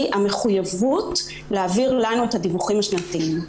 המחויבות להעביר לנו את הדיווחים השנתיים,